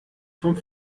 vom